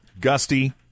Gusty